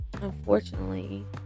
unfortunately